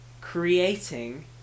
Creating